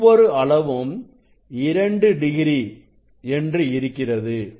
ஒவ்வொரு அளவும் 2 டிகிரி என்று இருக்கிறது